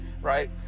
right